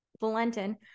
Valentin